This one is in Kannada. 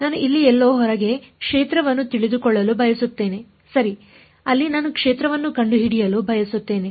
ನಾನು ಇಲ್ಲಿ ಎಲ್ಲೋ ಹೊರಗೆ ಕ್ಷೇತ್ರವನ್ನು ತಿಳಿದುಕೊಳ್ಳಲು ಬಯಸುತ್ತೇನೆ ಸರಿ ಅಲ್ಲಿ ನಾನು ಕ್ಷೇತ್ರವನ್ನು ಕಂಡುಹಿಡಿಯಲು ಬಯಸುತ್ತೇನೆ